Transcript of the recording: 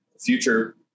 Future